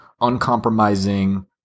uncompromising